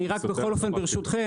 אני רק רוצה בכל אופן ברשותכם,